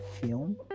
film